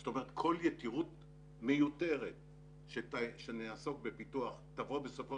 זאת אומרת כל יתירות מיותרת שנעסוק בפיתוח בסופו